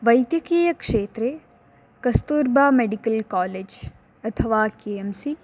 वैद्यकीयक्षेत्रे Kasturba medical college अथवा K M C